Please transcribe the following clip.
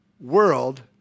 world